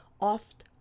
oft